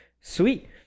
Sweet